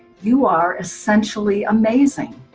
you are essentially amazing!